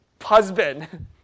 husband